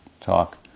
talk